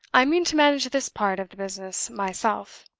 i mean to manage this part of the business myself.